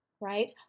right